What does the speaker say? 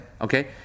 Okay